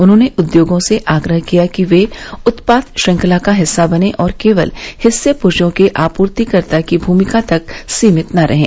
उन्होंने उद्योगों से आग्रह किया कि वे उत्पाद श्रंखला का हिस्सा बनें और केवल हिस्से पूर्जो के आपूर्तिकर्ता की भूमिका तक सीमित न रहें